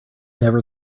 never